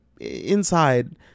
inside